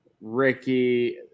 Ricky